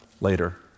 later